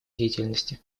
деятельности